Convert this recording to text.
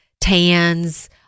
tans